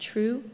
True